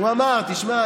הוא אמר: תשמע,